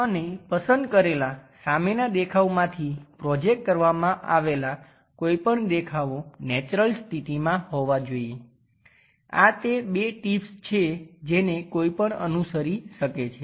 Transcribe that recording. અને પસંદ કરેલા સામેના દેખાવમાંથી પ્રોજેકટ કરવામાં આવેલા કોઈપણ દેખાવો નેચરલ સ્થિતિમાં હોવા જોઈએ આ તે બે ટીપ્સ છે જેને કોઈપણ અનુસરી શકે છે